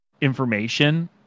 information